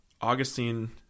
Augustine